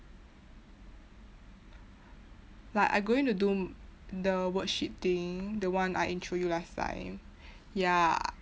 like I going to do the worksheet thing the one I intro you last time ya